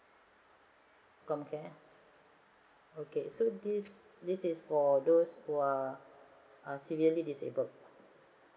comcare okay so this is this is for those who are severely disabled